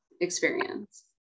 experience